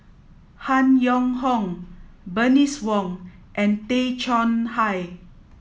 Han Yong Hong Bernice Wong and Tay Chong Hai